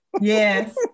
yes